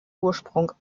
ursprung